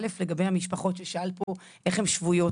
א', לגבי המשפחות ששאלת פה איך הם שבויות.